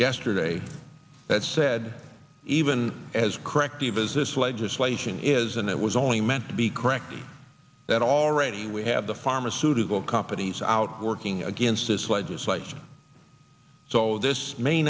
yesterday that said even as corrective as this legislation is and it was only meant to be correct that already we have the pharmaceutical companies out working against this legislation so this may